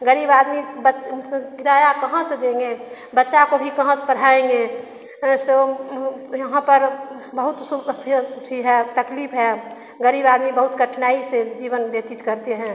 गरीब आदमी बच्चन का किराया कहाँ से देंगे बच्चा को भी कहाँ से पढ़ाएँगे सो यहाँ पर बहुत अथि है अथि है तकलीफ है गरीब आदमी बहुत कठिनाई से जीवन व्यतीत करते हैं